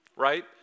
right